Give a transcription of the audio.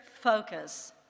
focus